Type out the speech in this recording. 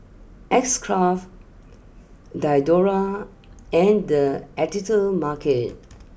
X Craft Diadora and the Editor's Market